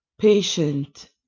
patient